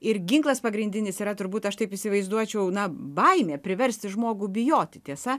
ir ginklas pagrindinis yra turbūt aš taip įsivaizduočiau na baimė priversti žmogų bijoti tiesa